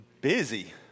busy